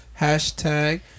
Hashtag